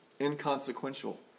inconsequential